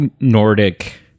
Nordic